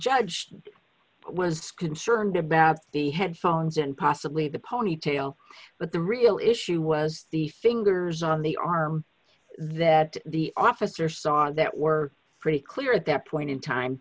judge was concerned about the headphones and possibly the ponytail but the real issue was the fingers on the arm that the officer saw that were pretty clear at that point in time